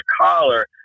collar